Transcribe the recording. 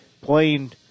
playing